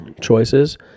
choices